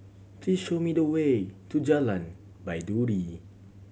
please show me the way to Jalan Baiduri